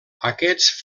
aquests